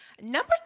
Number